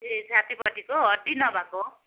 ए छातीपट्टिको हड्डी नभएको